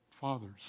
Fathers